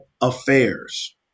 affairs